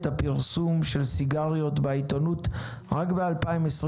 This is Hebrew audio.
הפרסום של סיגריות בעיתונות רק ב-2029.